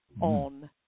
on